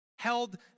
Held